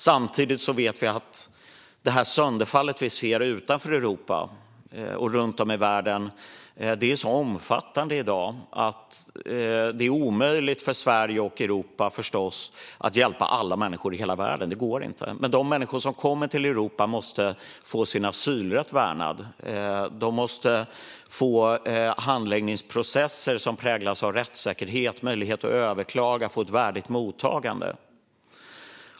Samtidigt vet vi att det sönderfall vi ser utanför Europa och runt om i världen i dag är så omfattande att det är omöjligt för Sverige och Europa att hjälpa alla människor i hela världen. Det går inte. Men de människor som kommer till Europa måste få sin asylrätt värnad. De måste få handläggningsprocesser som präglas av rättssäkerhet och möjlighet att överklaga och att få ett värdigt mottagande.